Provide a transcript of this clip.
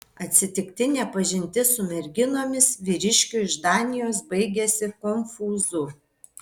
atsitiktinė pažintis su merginomis vyriškiui iš danijos baigėsi konfūzu